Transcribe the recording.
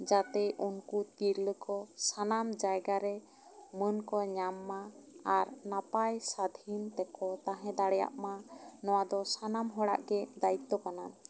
ᱡᱟᱛᱮ ᱩᱱᱠᱩ ᱛᱤᱨᱞᱟᱹ ᱠᱚ ᱥᱟᱱᱟᱢ ᱡᱟᱭᱜᱟ ᱨᱮ ᱢᱟᱹᱱ ᱠᱚ ᱧᱟᱢ ᱢᱟ ᱟᱨ ᱱᱟᱯᱟᱭ ᱥᱟᱫᱷᱤᱱ ᱛᱮᱠᱚ ᱛᱟᱦᱮᱸ ᱫᱟᱲᱮᱭᱟᱜ ᱢᱟ ᱱᱚᱣᱟ ᱫᱚ ᱥᱟᱱᱟᱢ ᱦᱚᱲᱟᱜ ᱜᱮ ᱫᱟᱭᱤᱛᱼᱛᱚ ᱠᱟᱱᱟ